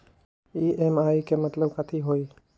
EMI के मतलब कथी होई?